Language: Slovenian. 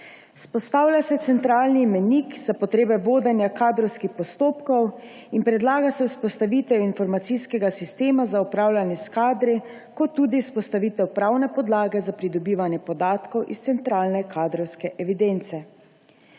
Vzpostavlja se centralni imenik za potrebe vodenja kadrovskih postopkov in predlaga se vzpostavitev informacijskega sistema za upravljanje s kadri ter tudi vzpostavitev pravne podlage za pridobitev podatkov iz centralne kadrovske evidence.